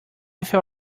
feel